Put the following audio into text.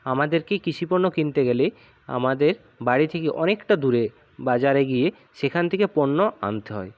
আমাদেরকেই কৃষিপণ্য কিনতে গেলে আমাদের বাড়ি থেকে অনেকটা দূরে বাজারে গিয়ে সেখান থেকে পণ্য আনতে হয়